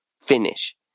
finish